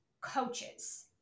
coaches